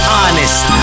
honest